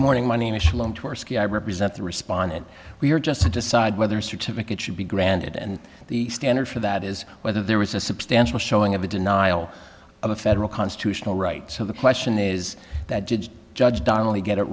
morning money machine i represent the respondent we are just to decide whether a certificate should be granted and the standard for that is whether there was a substantial showing of a denial of a federal constitutional rights so the question is that judge judge donnelly get it